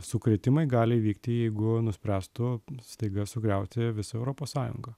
sukrėtimai gali įvykti jeigu nuspręstų staiga sugriauti visą europos sąjungą